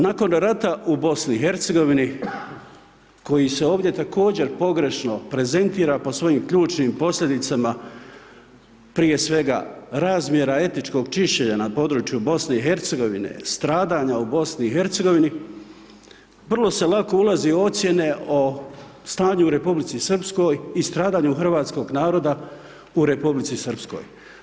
Nakon rata u BiH-u koji se ovdje također pogrešno prezentira po svojim ključnim posljedicama prije svega razmjera etičkog čišćenja na području BiH-a, stradanja u BiH-u, vrlo se lako ulazi u ocjene o stanju u Republici Srpskoj i stradanja hrvatskog naroda u Republici Srpskoj.